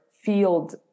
field